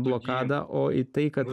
blokadą o į tai kad